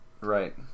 Right